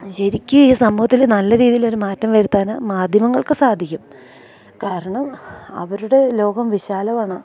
ശരിക്കും ഈ സമൂഹത്തില് നല്ല രീതിയിലൊരു മാറ്റം വരുത്താന് മാധ്യമങ്ങൾക്ക് സാധിക്കും കാരണം അവരുടെ ലോകം വിശാലമാണ്